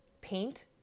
paint